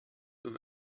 with